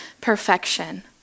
perfection